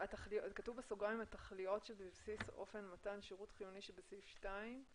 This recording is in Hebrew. כתוב בסוגריים "התכליות שבבסיס אופן מתן שירות חיוני שבסעיף 2)"